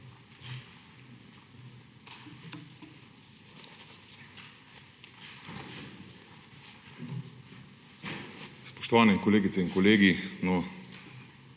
Spoštovani kolegice in kolegi!